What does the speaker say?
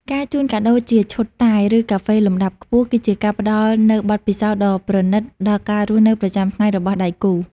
ការជូនកាដូជាឈុតតែ ឬកាហ្វេលំដាប់ខ្ពស់ គឺជាការផ្ដល់នូវបទពិសោធន៍ដ៏ប្រណីតដល់ការរស់នៅប្រចាំថ្ងៃរបស់ដៃគូ។